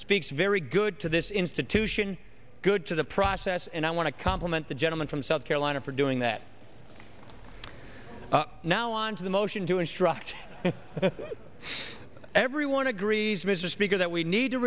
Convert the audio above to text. speaks very good to this institution good to the process and i want to compliment the gentleman from south carolina for doing that now on to the motion to instruct everyone agrees mr speaker that we need to